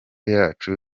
yacu